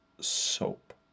soap